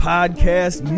Podcast